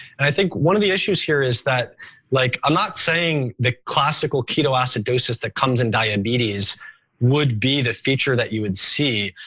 i think one of the issues here is that like i'm not saying that classical ketoacidosis that comes in diabetes would be the feature that you would see.